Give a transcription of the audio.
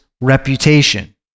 reputation